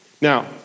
Now